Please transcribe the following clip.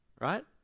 Right